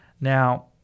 Now—